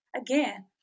Again